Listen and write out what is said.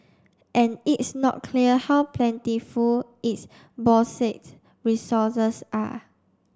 and it's not clear how plentiful its bauxite resources are